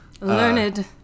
Learned